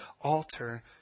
altar